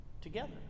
together